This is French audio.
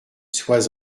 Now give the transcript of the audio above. sois